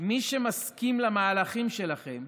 מי שמסכים למהלכים שלכם,